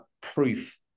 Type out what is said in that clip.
proof